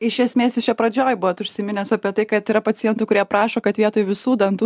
iš esmės iš čia pradžioj buvot užsiminęs apie tai kad yra pacientų kurie prašo kad vietoj visų dantų